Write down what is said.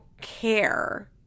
care